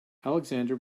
alexander